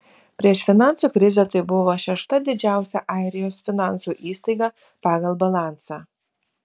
prieš finansų krizę tai buvo šešta didžiausia airijos finansų įstaiga pagal balansą